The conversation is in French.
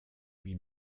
lui